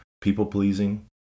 People-pleasing